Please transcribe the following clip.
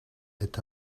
est